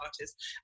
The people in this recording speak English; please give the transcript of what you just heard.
artists